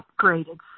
upgraded